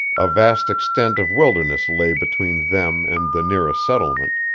a vast extent of wilderness lay between them and the nearest settlement,